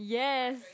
yes